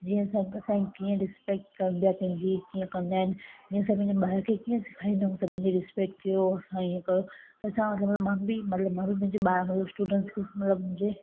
जीअं असां असांखे कीअं रिस्पेक्ट करिबी आहे कंहिंजी कीअं कंदा आहिनि जीअं असां पंहिंजे ॿार खे कीअं सेखारींदा आहियूं सभिनी जी रिस्पेक्ट कयो असां हीअं कयो त असां मतलबु मां बि मतलबु मां बि मुंहिंजे ॿार मतलबु स्टुडेंट्स खे मतलबु मुंहिंजे